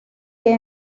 que